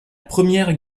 première